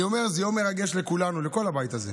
אני אומר, זה יום מרגש לכולנו, לכל הבית הזה,